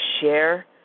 share